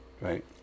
Right